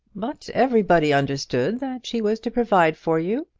but everybody understood that she was to provide for you.